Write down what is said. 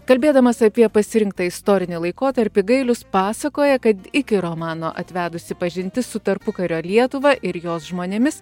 kalbėdamas apie pasirinktą istorinį laikotarpį gailius pasakoja kad iki romano atvedusi pažintis su tarpukario lietuva ir jos žmonėmis